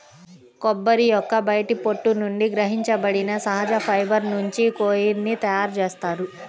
కొబ్బరి యొక్క బయటి పొట్టు నుండి సంగ్రహించబడిన సహజ ఫైబర్ నుంచి కోయిర్ ని తయారు చేస్తారు